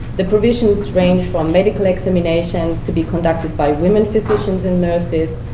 the provisions range from medical examinations to be conducted by women physicians and nurses,